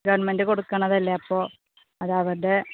government കൊടുക്കുന്നതല്ലേ അപ്പോൾ അത് അവരുടെ